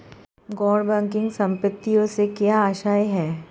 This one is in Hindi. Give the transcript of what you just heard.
गैर बैंकिंग संपत्तियों से क्या आशय है?